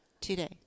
Today